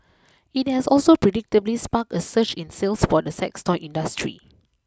it has also predictably sparked a surge in sales for the sex toy industry